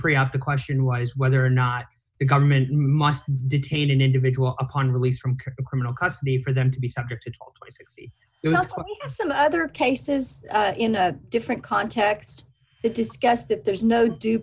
pre op the question was whether or not the government must detain an individual upon release from criminal custody for them to be subject to some other cases in a different context to discuss that there's no due